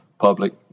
public